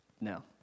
no